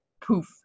poof